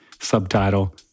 subtitle